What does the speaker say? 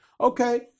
Okay